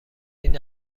این